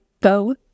Go